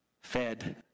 fed